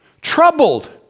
Troubled